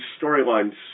storylines